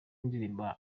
ndirimbo